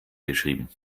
geschrieben